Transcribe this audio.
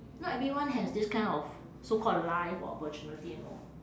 not everyone has this kind of so called life or opportunity you know